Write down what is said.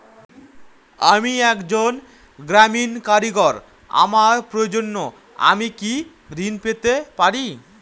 আমি একজন গ্রামীণ কারিগর আমার প্রয়োজনৃ আমি কি ঋণ পেতে পারি?